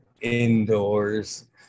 indoors